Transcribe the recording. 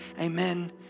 amen